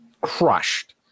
crushed